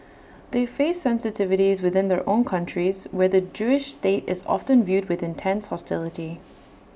they face sensitivities within their own countries where the Jewish state is often viewed with intense hostility